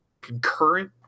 concurrent